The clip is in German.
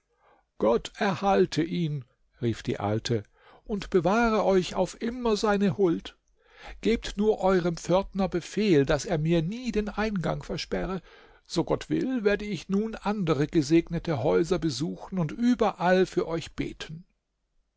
gott erhalte ihn rief die alte und bewahre euch auf immer seine huld gebt nur eurem pförtner befehl daß er mir nie den eingang versperre so gott will werde ich nun andere gesegnete häuser besuchen und überall für euch beten